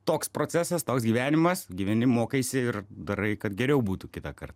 toks procesas toks gyvenimas gyveni mokaisi ir darai kad geriau būtų kitąkart